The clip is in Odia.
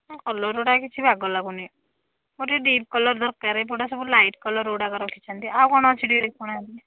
କଲର୍ଗୁଡ଼ା କିଛି ବାଗ ଲାଗୁନି ମୋର ଟିକିଏ ଡିପ୍ କଲର୍ ଦରକାର ଏଗୁଡା ସବୁ ଲାଇଟ୍ କଲର୍ଗୁଡ଼ା ରଖିଛନ୍ତିି ଆଉ କ'ଣ ଅଛି ଟିକିଏ ଦେଖାଉନାହାନ୍ତି